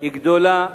היא גדולה